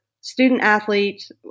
student-athletes